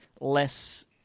less